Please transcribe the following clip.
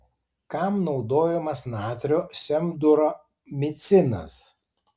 kam naudojamas natrio semduramicinas